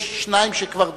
יש שניים שכבר דיברו.